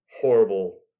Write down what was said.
horrible